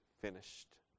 finished